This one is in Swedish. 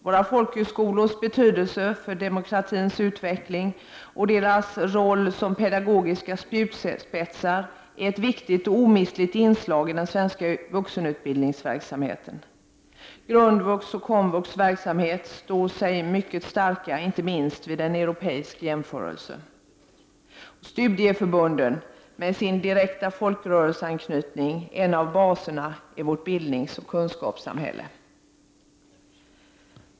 Våra folkhögskolors betydelse för demokratins utveckling och deras roll som pedagogiska spjutspetsar är ett viktigt och omistligt inslag i den svenska vuxenutbildningsverksamheten. Verksamheterna inom grundvux och komvux står sig mycket starka, inte minst vid en europeisk jämförelse. Studieförbunden, med sin direkta folkrörelseanknytning, är en av baserna i Sveriges utbildningsoch kunskapssamhälle.